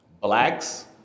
blacks